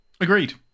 Agreed